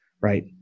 right